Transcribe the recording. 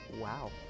Wow